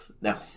No